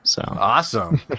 Awesome